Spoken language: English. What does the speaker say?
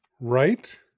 Right